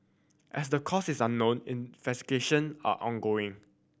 as the cause is unknown investigation are ongoing